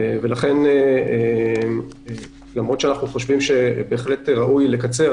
ולכן למרות שאנחנו חושבים שבהחלט ראוי לקצר,